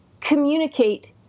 communicate